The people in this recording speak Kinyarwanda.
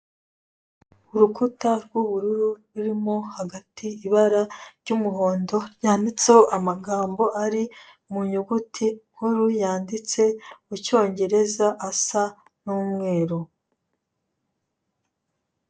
Urukuta rw'ubururu rurimo hagati ibara ry'umuhondo, ryanditseho amagambo ari mu nyuguti nkuru, yanditse mu cyongereza asa n'umweru.